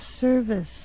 service